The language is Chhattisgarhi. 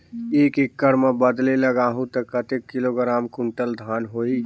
एक एकड़ मां बदले लगाहु ता कतेक किलोग्राम कुंटल धान होही?